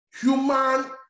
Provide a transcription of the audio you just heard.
Human